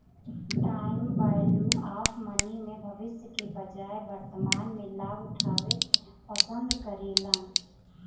time value of money में भविष्य के बजाय वर्तमान में लाभ उठावे पसंद करेलन